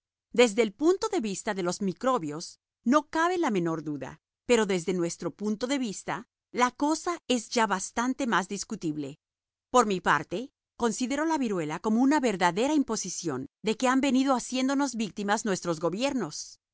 desde el punto de vista de los microbios no cabe la menor duda pero desde nuestro punto de vista la cosa es ya bastante más discutible por mi parte considero la viruela como una verdadera imposición de que han venido haciéndonos víctimas nuestros gobiernos